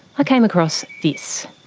ah came across this.